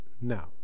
now